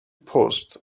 paused